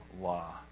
law